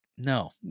No